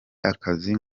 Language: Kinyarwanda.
akazi